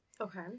Okay